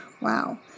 Wow